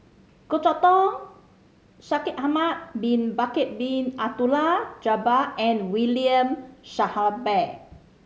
Goh Chok Tong Shaikh Ahmad Bin Bakar Bin Abdullah Jabbar and William Shellabear